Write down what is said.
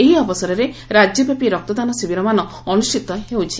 ଏହି ଅବସରରେ ରାଜ୍ୟବ୍ୟାପି ରକ୍ତଦାନ ଶିବିରମାନ ଅନୁଷିତ ହେଉଛି